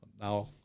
Now